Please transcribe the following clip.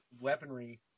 weaponry